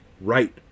right